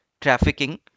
Trafficking